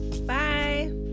bye